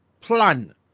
plan